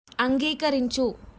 అంగీకరించు